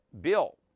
bill